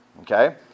Okay